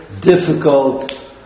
difficult